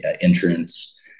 entrance